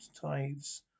tithes